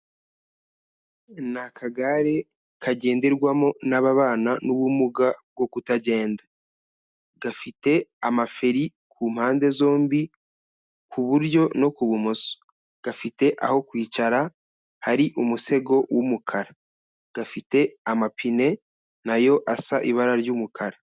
Ni akagare kagenderwamo n'ababana n'ubumuga bwo kutagenda. Gafite amaferi ku mpande zombi ku buryo no ku bumoso. Gafite aho kwicara hari umusego w'umukara. Gafite amapine na yo asa ibara ry'umukara.